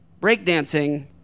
breakdancing